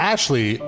Ashley